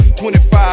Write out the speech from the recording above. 25